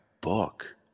book